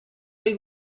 ohi